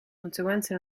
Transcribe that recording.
conseguenze